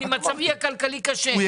מצבי הכלכלי קשה,